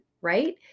right